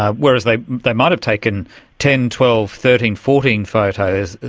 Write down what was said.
ah whereas they they might have taken ten, twelve, thirteen, fourteen photos,